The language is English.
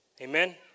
Amen